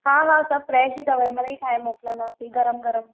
हा हा सभ फ़्रेश ई अथव मिड़िई हीअं ठाहे मोकलंदासीं गरम गरम